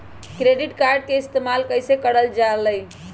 Credit card के इस्तेमाल कईसे करल जा लई?